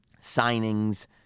signings